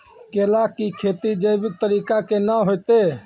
केला की खेती जैविक तरीका के ना होते?